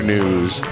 News